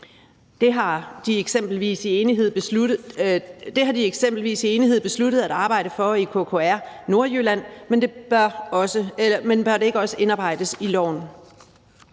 Det har de eksempelvis i enighed besluttet at arbejde for i KKR Nordjylland, men bør det ikke også indarbejdes i loven?